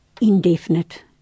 indefinite